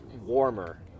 warmer